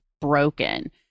broken